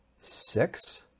six